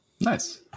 nice